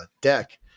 deck